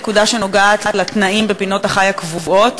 יש נקודה שנוגעת לתנאים בפינות-החי הקבועות,